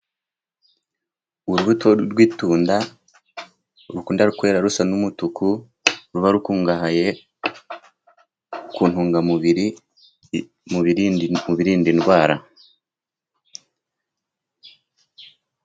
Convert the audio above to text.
Urubuto rw'itunda rukunda kwera rusa n'umutuku, ruba rukungahaye ku ntungamubiri mu birinda indwara.